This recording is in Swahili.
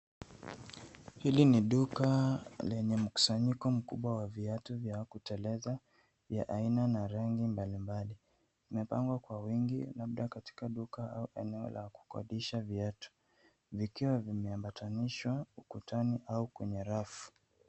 Hili ni duka lenye mkusanyiko mkubwa wa viatu vya kuteleza vya aina na rangi mbalimbali. Vimepangwa kwa wingi labda katika duka au eneo la kukodisha viatu vikiwa vimeambatanishwa ukutani au kwa marafu.